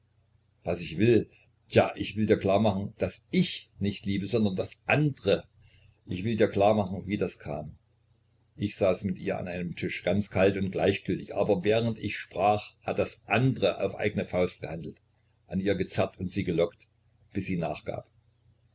was ich will tja ich will dir klar machen daß ich nicht liebe sondern das andre ich will dir klar machen wie das kam ich saß mit ihr an einem tisch ganz kalt und gleichgültig aber während ich sprach hat das andre auf eigne faust gehandelt an ihr gezerrt und sie gelockt bis sie nachgab